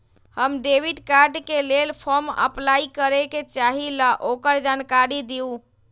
हम debit card के लेल फॉर्म अपलाई करे के चाहीं ल ओकर जानकारी दीउ?